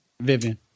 Vivian